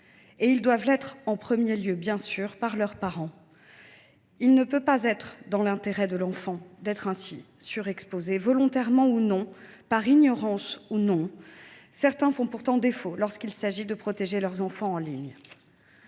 ils doivent l’être, en premier lieu, par les parents. Il ne peut pas être dans l’intérêt de l’enfant d’être ainsi surexposé. Pourtant, volontairement ou non, par ignorance ou non, certains parents font défaut lorsqu’il s’agit de protéger leurs enfants en ligne.